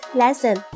lesson